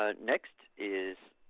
ah next is